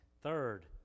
Third